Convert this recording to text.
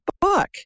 book